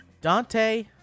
Dante